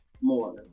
more